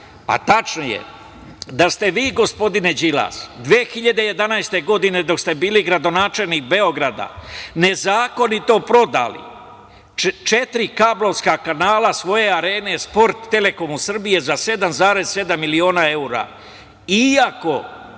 a tačno je, da ste vi, gospodine Đilas, 2011. godine dok ste bili gradonačelnik Beograda nezakonito prodali četiri kablovska kanala svoja "Arene sport" "Telekomu Srbije" za 7,7 miliona evra, iako